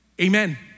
amen